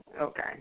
Okay